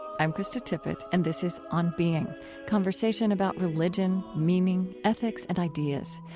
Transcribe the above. i'm krista tippett and this is on being conversation about religion, meaning, ethics, and ideas.